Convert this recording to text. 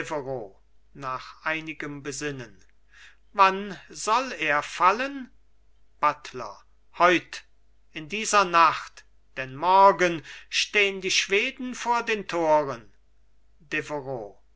nach einigem besinnen wann soll er fallen buttler heut in dieser nacht denn morgen stehn die schweden vor den toren